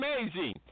amazing